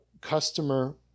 customer